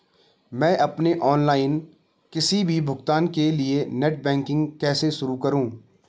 मैं अपने ऑनलाइन किसी भी भुगतान के लिए नेट बैंकिंग कैसे शुरु करूँ?